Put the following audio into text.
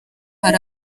hari